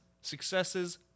successes